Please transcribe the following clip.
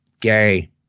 gay